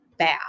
bad